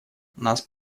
нас